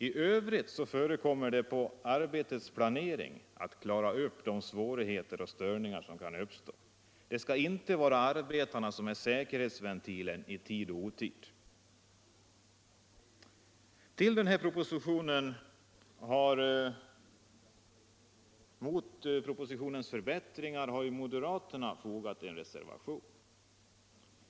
I övrigt ankommer det på arbetsplaneringen att klara upp svårigheter och störningar som kan uppstå. Arbetarna skall inte i tid och otid tjänstgöra som säkerhetsventil. Mot de i propositionen föreslagna förbättringarna har moderaterna inlagt en reservation.